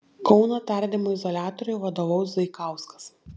kauno tardymo izoliatoriui vadovaus zaikauskas